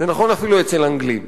זה נכון אפילו אצל אנגלים.